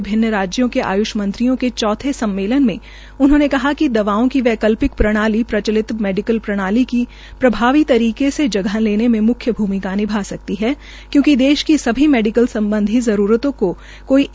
विभिन्न राज्यो के आय्ष मंत्रियों के चौथे सम्मेलन में उन्होंने कहा कि दवाओं की वैज्ञानिक प्रणाली प्रचलित मेडीकल प्रणाली की प्रभावी तरीके से जगह लेने में मुख्य भूमिका निभा सकती है क्योंकि देश की सभी मेडीकल सम्बधी जरूरतों को कोई एक ही प्रणाली पूरा नहीं कर सकती